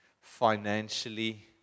financially